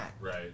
right